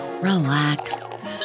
relax